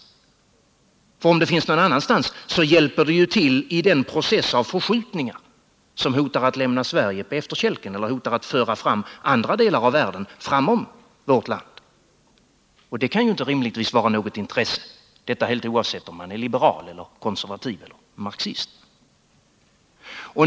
För om det finns någon annanstans, hjälper det ju till i den process av förskjutningar som hotar att lämna Sverige på efterkälken och föra andra delar av världen framom vårt land. Det kan rimligtvis inte vara av något intresse, oavsett om man är liberal, konservativ eller marxist.